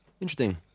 interesting